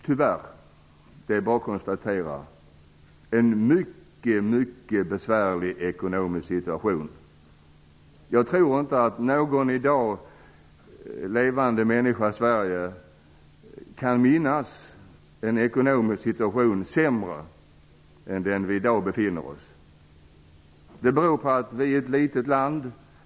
Tyvärr -- det är bara att konstatera -- har vi i dag en mycket besvärlig ekonomisk situation. Jag tror inte att någon levande människa i Sverige i dag kan minnas en sämre ekonomisk situation än den som vi nu befinner oss i. Den beror på att Sverige är ett litet land.